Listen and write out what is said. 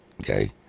okay